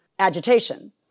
agitation